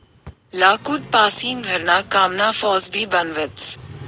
लाकूड पासीन घरणा कामना फार्स भी बनवतस